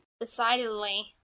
Decidedly